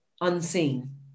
unseen